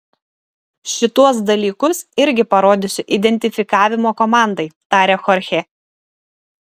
šituos dalykus irgi parodysiu identifikavimo komandai tarė chorchė